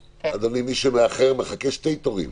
אדוני, מי שמאחר מחכה שני תורים.